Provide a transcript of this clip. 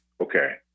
okay